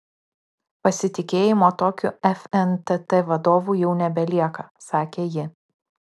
pasitikėjimo tokiu fntt vadovu jau nebelieka sakė ji